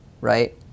right